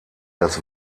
das